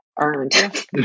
earned